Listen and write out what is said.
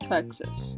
Texas